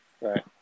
Right